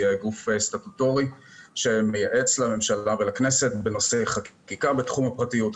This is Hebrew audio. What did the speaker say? מדובר בגוף סטטוטורי שמייעץ לממשלה ולכנסת בנושאי חקיקה בתחום הפרטיות.